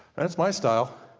and it's my style.